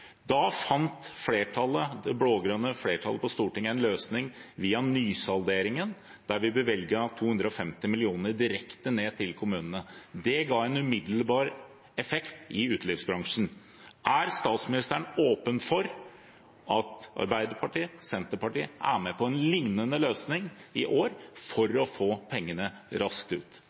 Da fant flertallet – det blå-grønne flertallet på Stortinget – en løsning via nysalderingen, der vi bevilget 250 mill. kr direkte ned til kommunene. Det ga en umiddelbar effekt i utelivsbransjen. Er statsministeren åpen for at Arbeiderpartiet og Senterpartiet kan være med på en lignende løsning i år, for å få pengene raskt ut?